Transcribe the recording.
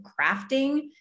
crafting